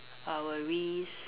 I will risk